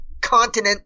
continent